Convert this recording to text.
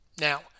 Now